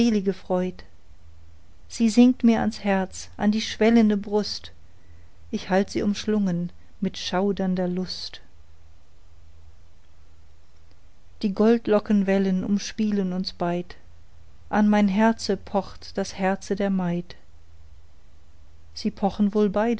sie sinkt mir ans herz an die schwellende brust ich halt sie umschlungen mit schauernder lust die goldlockenwellen umspielen uns beid an mein herze pocht das herze der maid sie pochen wohl